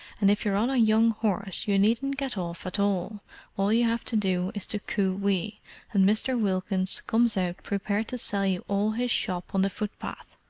and if you're on a young horse you needn't get off at all all you have to do is to coo-ee, and mr. wilkins comes out prepared to sell you all his shop on the footpath.